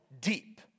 deep